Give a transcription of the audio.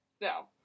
No